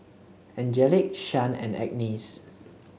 Angelic Shyann and Agness